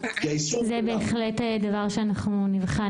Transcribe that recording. כי היישום ---- זה בהחלט דבר שאנחנו נבחן,